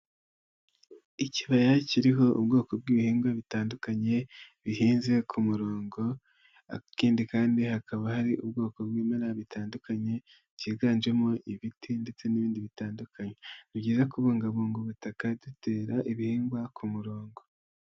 Ikibaya kiriho ubwoko bw'ibihingwa bitandukanye, bihinze ku murongo, ikindi kandi hakaba hari ubwoko bw'ibimera bitandukanye, byiganjemo ibiti ndetse n'ibindi bitandukanye, ni byiza kubungabunga ubutaka dutera ibihingwa ku murongo.